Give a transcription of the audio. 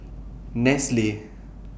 Nestle